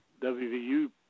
WVU